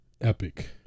Epic